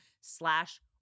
slash